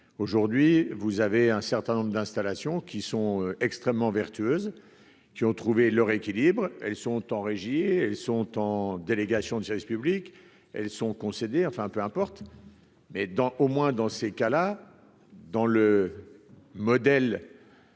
aujourd'hui, vous avez un certain nombre d'installations qui sont extrêmement vertueuse qui ont trouvé leur équilibre, elles sont en régie sont en délégation de service public, elles sont concédées, enfin peu importe mais dans au moins dans ces cas-là dans le modèle